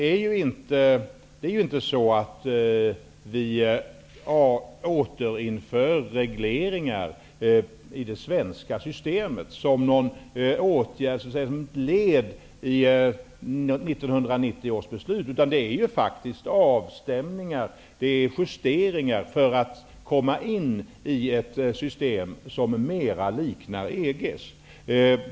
Vi återinför ju inte regleringar i det svenska systemet som ett led i 1990 års beslut. Det är faktiskt fråga om avstämningar och justeringar för att vi skall få ett system som mera liknar EG:s.